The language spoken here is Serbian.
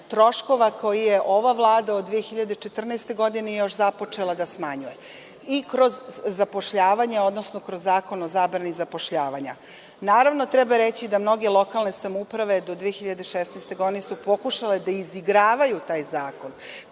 troškova koji je ova Vlada od 2014. godine još započela da smanjuje kroz zapošljavanje, odnosno kroz Zakon o zabrani zapošljavanja. Naravno treba reći da mnoge lokalne samouprave do 2016. godine su pokušale da izigravaju taj zakon